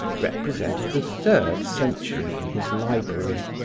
represented the third century in his library.